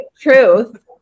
truth